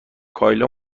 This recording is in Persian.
کایلا